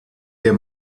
der